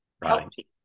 right